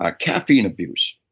ah caffeine abuse.